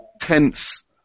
tense